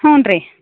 ಹ್ಞೂ ರೀ